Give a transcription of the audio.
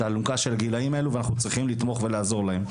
את האלונקה של הגילאים האלו ואנחנו צריכים לתמוך ולעזור להם.